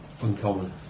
uncommon